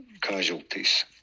casualties